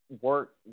work